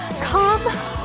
come